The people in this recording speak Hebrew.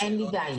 אין לי בעיה.